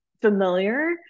familiar